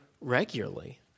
regularly